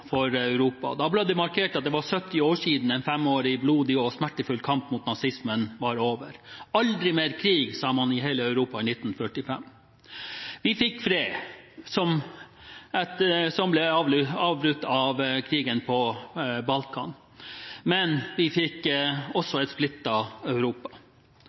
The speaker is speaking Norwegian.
for Europa. Da ble det markert at det var 70 år siden en femårig blodig og smertefull kamp mot nazismen var over. Aldri mer krig, sa man i hele Europa i 1945. Vi fikk fred – som ble avbrutt av krigen på Balkan – men vi fikk også et splittet Europa.